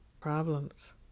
Problems